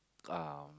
uh